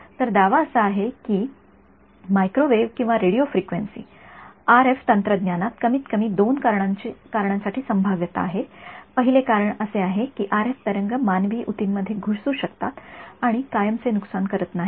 तर असा दावा आहे की मायक्रोवेव्ह किंवा रेडिओ फ्रिक्वेन्सी आरएफ तंत्रज्ञानात कमीतकमी या दोन कारणांसाठी संभाव्यता आहे पहिले कारण असे आहे की आरएफ तरंग मानवी ऊतींमध्ये घुसू शकतात आणि कायमचे नुकसान करत नाहीत